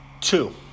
Two